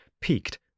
peaked